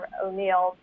O'Neill